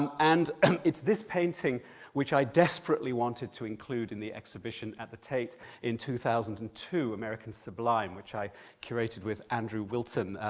um and and it's this painting which i desperately wanted to include in the exhibition at the tate in two thousand and two, american sublime, which i curated with andrew wilton,